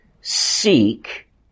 seek